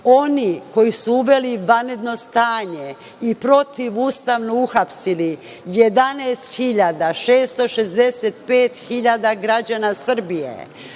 oni koji su uveli vanrednog stanje i protivustavno uhapsili 11.665 građana Srbije,